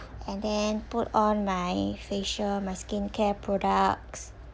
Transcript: and then put on my facial my skincare products